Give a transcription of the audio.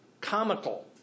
comical